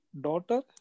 daughter